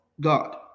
God